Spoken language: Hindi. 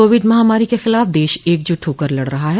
कोविड महामारी के ख़िलाफ़ देश एकज़ुट होकर लड़ रहा है